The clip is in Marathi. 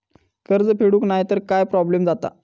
कर्ज फेडूक नाय तर काय प्रोब्लेम जाता?